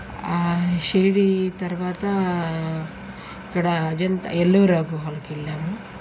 ఆ షిరిడీ తరువాత ఇక్కడ అజంత ఎళ్ళొరా గుహలకెళ్ళాము